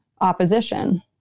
opposition